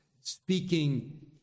speaking